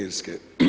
Irske.